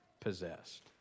possessed